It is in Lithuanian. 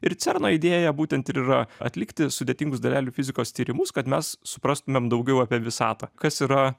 ir cerno idėja būtent ir yra atlikti sudėtingus dalelių fizikos tyrimus kad mes suprastumėm daugiau apie visatą kas yra